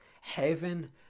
heaven